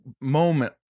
moment